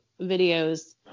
videos